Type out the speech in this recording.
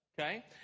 okay